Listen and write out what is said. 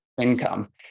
income